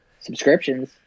subscriptions